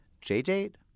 J-Date